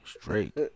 Straight